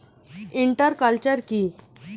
Inter culture কি?